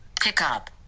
Pickup